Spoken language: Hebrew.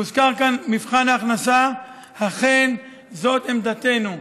הוזכר כאן מבחן ההכנסה, אכן, זאת עמדתנו.